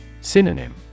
Synonym